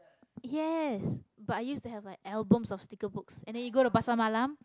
yes but i used to have like albums of sticker books and then you go to pasar-malam